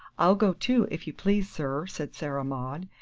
i'll go, too, if you please, sir, said sarah maud,